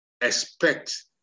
expect